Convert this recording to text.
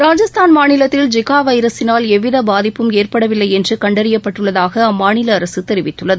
ராஜஸ்தான் மாநிலத்தில் ஜிகா வைரஸினால் எவ்வித பாதிப்பும் ஏற்படவில்லை என்று கண்டறியப்பட்டுள்ளதாக அம்மாநில அரசு தெரிவித்துள்ளது